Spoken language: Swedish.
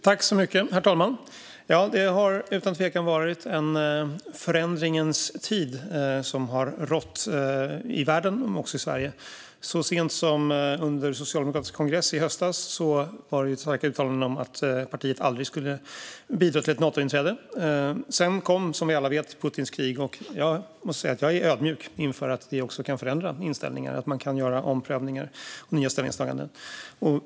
Herr talman! Det har utan tvekan varit en förändringens tid i världen, också i Sverige. Så sent som under Socialdemokraternas kongress i höstas kom det starka uttalanden om att partiet aldrig skulle bidra till ett Natointräde. Sedan kom, som vi alla vet, Putins krig. Jag är ödmjuk inför att det också kan förändra inställningar, att man kan göra omprövningar och nya ställningstaganden.